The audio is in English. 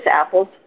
apples